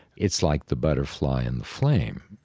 it's like the butterfly and the flame.